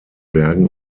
bergen